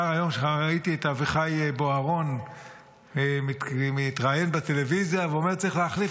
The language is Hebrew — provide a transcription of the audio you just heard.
ראיתי את אביחי בוארון מתראיין בטלוויזיה ואומר: צריך להחליף